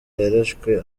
yarashwe